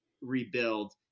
rebuild